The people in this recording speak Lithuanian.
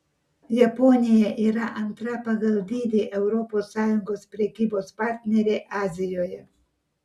japonija yra antra pagal dydį europos sąjungos prekybos partnerė azijoje